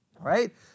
right